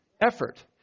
Effort